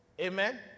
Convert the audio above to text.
Amen